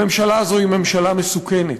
הממשלה הזאת היא ממשלה מסוכנת.